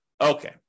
Okay